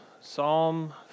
Psalm